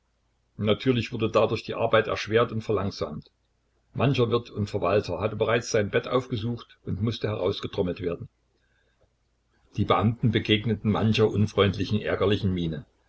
natürlich wurde dadurch die arbeit erschwert und verlangsamt mancher wirt und verwalter hatte bereits sein bett aufgesucht und mußte herausgetrommelt werden die beamten begegneten mancher unfreundlichen ärgerlichen miene